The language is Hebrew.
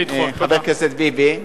חבר הכנסת ביבי,